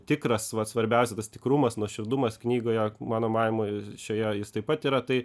tikras vat svarbiausia tas tikrumas nuoširdumas knygoje mano manymu šioje jis taip pat yra tai